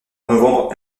novembre